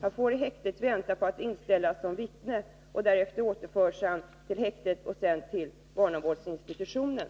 Han fick i häktet vänta på att inställa sig som vittne. Efter vittnesförhöret återfördes han till häktet och därefter till sin barnavårdsinstitution.